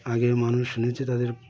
আগের মানুষ শুনেছে তাদের